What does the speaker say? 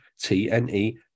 TNE